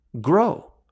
Grow